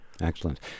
Excellent